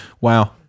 Wow